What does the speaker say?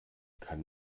kann